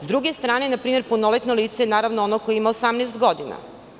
S druge strane, punoletno lice je, naravno, ono koje ima 18 godina.